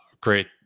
great